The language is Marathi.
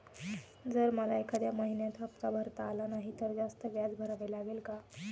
जर मला एखाद्या महिन्यात हफ्ता भरता आला नाही तर जास्त व्याज भरावे लागेल का?